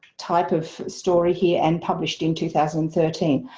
type of story here and published in two thousand and thirteen.